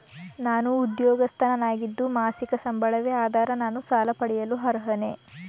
ನಾನು ಉದ್ಯೋಗಸ್ಥನಾಗಿದ್ದು ಮಾಸಿಕ ಸಂಬಳವೇ ಆಧಾರ ನಾನು ಸಾಲ ಪಡೆಯಲು ಅರ್ಹನೇ?